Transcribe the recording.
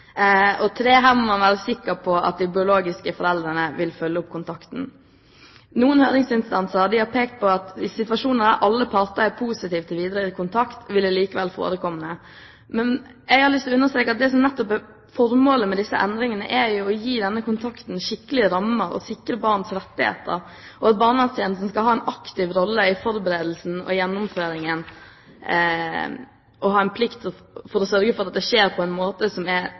må være sikker på at de biologiske foreldrene vil følge opp kontakten. Noen høringsinstanser har pekt på at i situasjoner der alle parter er positive til videre kontakt, vil det likevel forekomme. Men jeg har lyst til å understreke at det som nettopp er formålet med disse endringene, er å gi den kontakten skikkelige rammer og sikre barns rettigheter. Barnevernstjenesten skal ha en aktiv rolle i forberedelsen og gjennomføringen av kontakten og skal ha plikt til å sørge for at det skjer på en måte som er